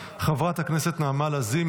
חברת הכנסת מטי צרפתי הרכבי,